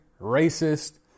racist